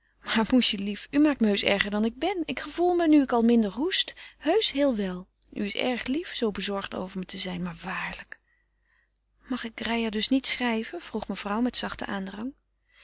maar moesje lief u maakt me heusch erger dan ik ben ik gevoel me nu ik al minder hoest heusch heel wel u is erg lief zoo bezorgd over me te zijn maar waarlijk mag ik reijer dus niet schrijven vroeg mevrouw met zachten aandrang